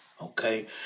Okay